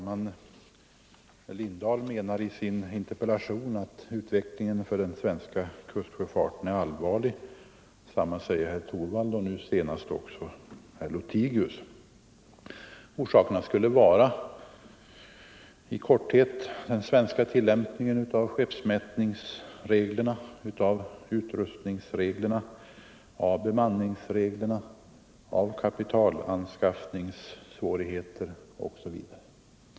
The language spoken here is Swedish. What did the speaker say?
Herr talman! Herr Lindahl sade i sin interpellation att utvecklingen för den svenska kustsjöfarten är allvarlig. Detsamma säger herr Torwald och nu senast också herr Lothigius. Orsakerna skulle i korthet vara den svenska tillämpningen av skeppsmätningsreglerna, utrustningsreglerna och bemanningsreglerna, kapitalanskaffningssvårigheter osv.